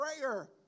prayer